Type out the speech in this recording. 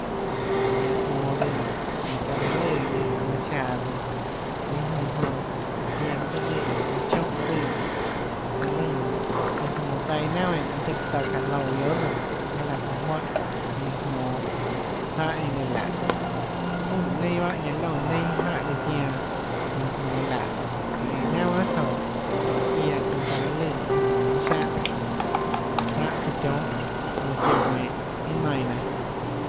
Ñanã jmonå tsøã nonê iã taã reã lùã lùã manã chaå tsøã ninã jonã iã jonã mønâ tøhê lùã chónhã tsùã søã lùnã søã jmonå taâ iâ naunà eínã mønâ tøhê çaã louã guiohà tsøã laã çounã juáhã iã lùã jmonå jáhã eínã lùã laùhå juønè neinâ jáhã ñanã liónã neinâ jáhã lùã zianã iã jmonå laùhå iâ lùã iâ naunà guiohà tsouã oå ziaã çounã taã reã lùã nonê jmonå iâ siáhã nonê jáhã søã tionhâ oå søã guenhå iâ nainã nenã